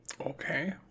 Okay